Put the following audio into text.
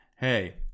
hey